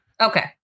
Okay